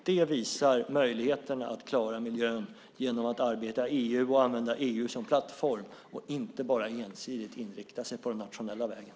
Det visar på möjligheterna att klara miljön genom att arbeta i EU och att använda EU som plattform och inte bara ensidigt inrikta sig på den nationella vägen.